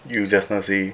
you just now say